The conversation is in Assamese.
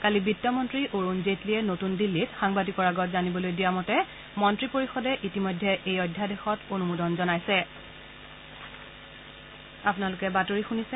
কালি বিত্তমন্ত্ৰী অৰুণ জেটলীয়ে নতুন দিল্লীত সাংবাদিকৰ আগত জানিবলৈ দিয়া মতে মন্ত্ৰী পৰিষদে ইতিমধ্যে এই অধ্যাদেশত অনুমোদন জনাইছে